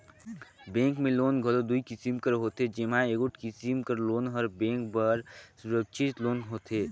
bank में loan घलो दुई किसिम कर होथे जेम्हां एगोट किसिम कर लोन हर बेंक बर सुरक्छित लोन होथे